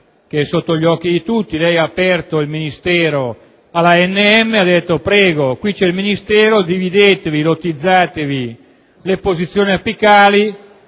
che è sotto gli occhi di tutti: ha aperto il Ministero all'ANM e ha detto: prego, il Ministero è qui, lottizzatevi le posizioni apicali,